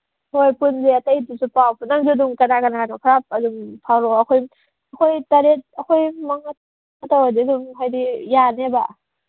ꯍꯣꯏ ꯄꯨꯟꯁꯦ ꯑꯇꯩꯗꯨꯁꯨ ꯄꯥꯎ ꯅꯪꯁꯨ ꯀꯅꯥ ꯀꯅꯥꯅꯣ ꯈꯔ ꯑꯗꯨꯝ ꯄꯥꯎꯔꯛꯑꯣ ꯑꯩꯈꯣꯏ ꯇꯔꯦꯠ ꯑꯩꯈꯣꯏ ꯃꯉꯥ ꯇꯧꯔꯗꯤ ꯑꯗꯨꯝ ꯍꯥꯏꯗꯤ ꯌꯥꯅꯦꯕ